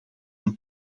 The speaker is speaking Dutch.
een